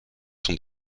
sont